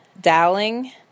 Dowling